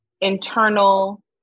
internal